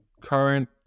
current